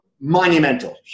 monumental